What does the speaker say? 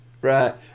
Right